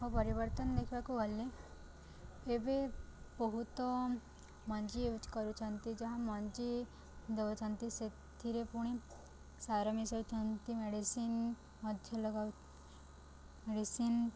ଓ ପରିବର୍ତ୍ତନ ଦେଖିବାକୁ ଗଲେ ଏବେ ବହୁତ ମଞ୍ଜି ୟୁଜ୍ କରୁଛନ୍ତି ଯାହା ମଞ୍ଜି ଦଉଛନ୍ତି ସେଥିରେ ପୁଣି ସାର ମିଶଉଛନ୍ତି ମେଡ଼ିସିନ ମଧ୍ୟ ଲଗାଉ ମେଡ଼ିସିନ